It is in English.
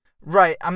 Right